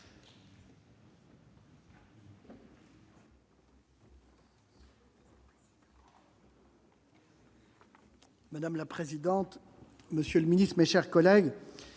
Madame la présidente, monsieur le Ministre, mes chers collègues,